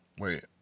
Wait